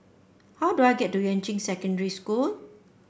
how do I get to Yuan Ching Secondary School